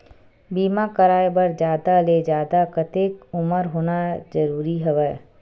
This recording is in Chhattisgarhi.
बीमा कराय बर जादा ले जादा कतेक उमर होना जरूरी हवय?